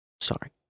Sorry